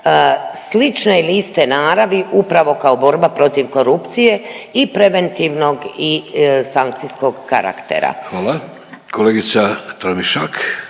slične ili iste naravi upravo kao borba protiv korupcije i preventivnog i sankcijskog karaktera. **Vidović, Davorko